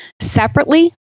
separately